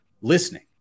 listening